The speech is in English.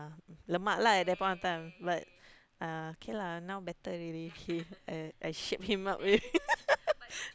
um lemak lah at that point of time but uh K lah now better already he uh I shape him up already